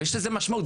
יש לזה משמעות.